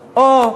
או-או,